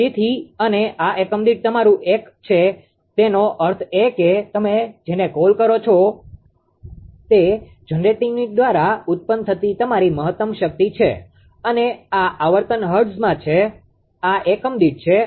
તેથી અને આ એકમ દીઠ તમારું એક છે તેનો અર્થ એ કે તમે જેને કોલ કરો છો તે જનરેટિંગ યુનિટ દ્વારા ઉત્પન્ન થતી તમારી મહત્તમ શક્તિ છે અને આ આવર્તન હર્ટ્ઝમાં છે આ એકમ દીઠ છે